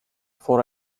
for